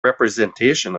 representation